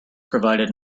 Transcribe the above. provided